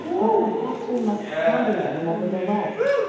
but perhaps we must ponder them, nevertheless.